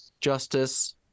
justice